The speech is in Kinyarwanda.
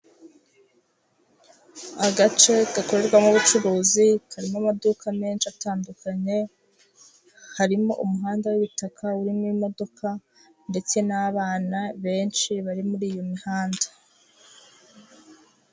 Agace gakorerwamo ubucuruzi, karimo amaduka menshi atandukanye, harimo umuhanda w'ibitaka urimo imodoka ndetse n'abana benshi, bari muri iyo mihanda.